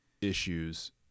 issues